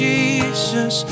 Jesus